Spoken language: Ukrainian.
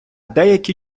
деякі